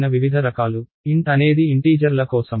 int అనేది integer ల కోసం